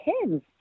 kids